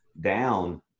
down